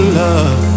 love